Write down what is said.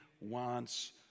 wants